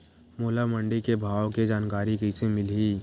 मोला मंडी के भाव के जानकारी कइसे मिलही?